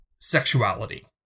sexuality